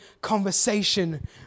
conversation